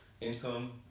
income